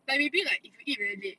but maybe like if you eat like very late